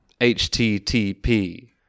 http